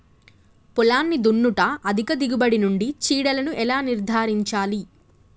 పొలాన్ని దున్నుట అధిక దిగుబడి నుండి చీడలను ఎలా నిర్ధారించాలి?